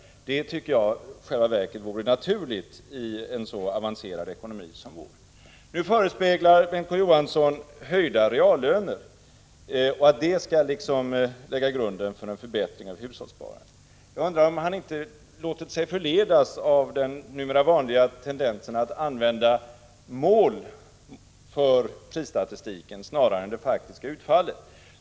Det tycker jag i själva verket vore naturligt i en så avancerad ekonomi som vår. Nu förespeglar Bengt K. Å. Johansson oss en höjning av reallönerna och säger att denna skall kunna lägga grunden för en förbättring av hushållssparandet. Jag undrar om han inte låter sig förledas av den numera vanliga tendensen att utgå från mål för prisstatistiken snarare än från det faktiska utfallet.